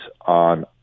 on